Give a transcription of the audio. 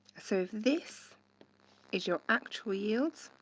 so if this is your actual yields,